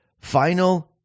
Final